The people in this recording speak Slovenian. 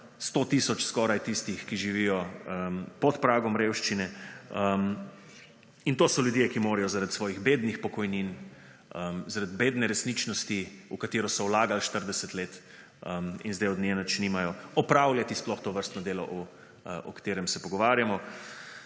100 tisoč skoraj tistih, ki živijo pod pragom revščine. In to so ljudje, ki morajo zaradi svojih bednih pokojnin, zaradi bedne resničnosti, v katero so vlagali 40 let in zdaj od nje nič nimajo, opravljati sploh tovrstno delo, o katerem se pogovarjamo.